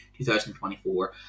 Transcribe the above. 2024